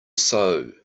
sow